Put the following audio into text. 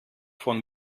von